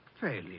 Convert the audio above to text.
Fairly